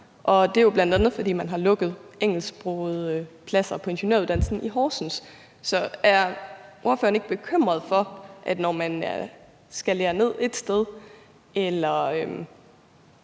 det er jo bl.a., fordi man har lukket engelsksprogede pladser på ingeniøruddannelsen i Horsens. Så er ordføreren ikke bekymret for, at når man skalerer ned eller